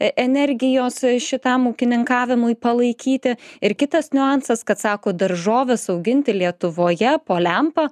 e energijos šitam ūkininkavimui palaikyti ir kitas niuansas kad sako daržoves auginti lietuvoje po lempa